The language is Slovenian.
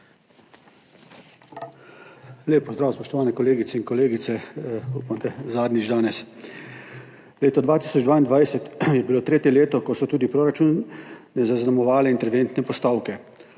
Lep pozdrav, spoštovani kolegi in kolegice! Upam, da zadnjič danes. Leto 2022 je bilo tretje leto, ko so tudi proračun zaznamovale interventne postavke.